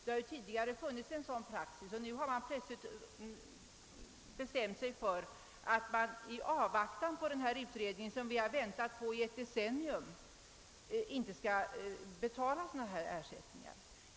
Tidigare har det funnits en sådan praxis, men nu har departementet tydligen bestämt att man i avvaktan på den utredning som vi väntat på under ett decennium inte skall betala ut sådana ersättningar.